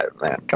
man